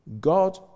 God